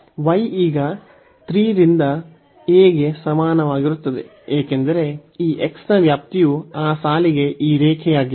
y ಈಗ 3 ರಿಂದ a ಗೆ ಸಮನಾಗಿರುತ್ತದೆ ಏಕೆಂದರೆ ಈ x ನ ವ್ಯಾಪ್ತಿಯು ಆ ಸಾಲಿಗೆ ಈ ರೇಖೆಯಾಗಿದೆ